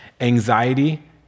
anxiety